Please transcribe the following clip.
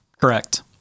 Correct